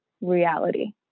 reality